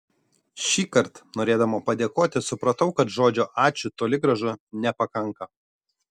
šįkart norėdama padėkoti supratau kad žodžio ačiū toli gražu nepakanka